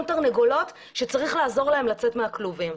תרנגולות שצריך לעזור להם לצאת מהכלובים.